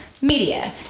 media